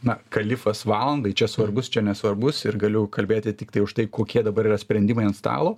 na kalifas valandai čia svarbus čia nesvarbus ir galiu kalbėti tiktai už tai kokie dabar yra sprendimai ant stalo